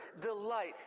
delight